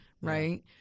Right